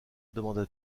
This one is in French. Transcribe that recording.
demanda